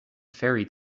fairy